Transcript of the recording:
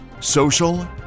Social